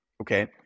okay